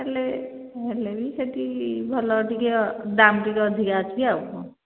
ହେଲେ ହେଲେ ବି ସେଠି ଭଲ ଅଧିକ ଦାମ୍ ଟିକେ ଅଧିକା ଅଛି ଆଉ କ'ଣ